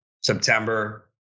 September